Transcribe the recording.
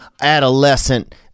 adolescent